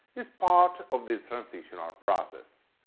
is part of this transitional process.